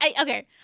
Okay